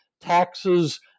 taxes